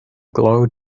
glow